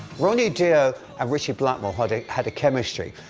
ronnie dio and ritchie blackmore had a had a chemistry,